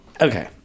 okay